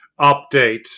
update